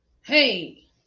hey